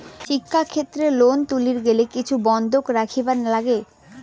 শিক্ষাক্ষেত্রে লোন তুলির গেলে কি কিছু বন্ধক রাখিবার লাগে?